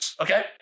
okay